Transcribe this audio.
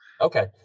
okay